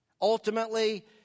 Ultimately